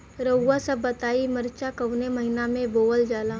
रउआ सभ बताई मरचा कवने महीना में बोवल जाला?